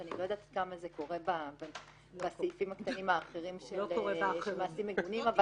כשאני לא יודעת כמה זה קורה בסעיפים הקטנים האחרים של מעשים מגונים,